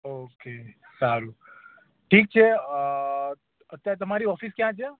okay સારું ઠીક છે અત્યારે તમારી ઓફિસ ક્યાં છે